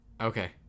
Okay